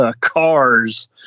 cars